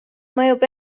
mõjub